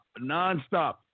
nonstop